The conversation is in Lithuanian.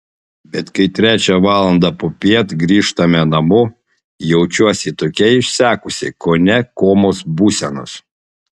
bet kai trečią valandą popiet grįžtame namo jaučiuosi tokia išsekusi kone komos būsenos